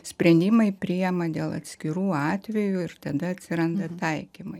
sprendimai priima dėl atskirų atvejų ir tada atsiranda taikymai